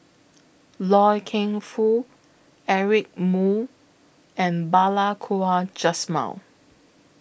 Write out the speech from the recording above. Loy Keng Foo Eric Moo and Balli Kaur Jaswal